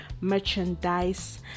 merchandise